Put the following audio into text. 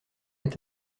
est